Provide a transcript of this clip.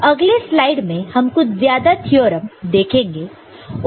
अगले स्लाइड में हम कुछ ज्यादा थ्योरम देखेंगे